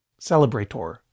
celebrator